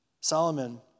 Solomon